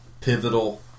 pivotal